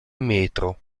metro